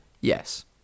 Yes